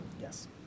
Yes